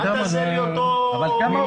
אל תעשה לי אותו --- אבל כמה?